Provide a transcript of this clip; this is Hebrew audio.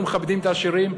אנחנו מכבדים את העשירים,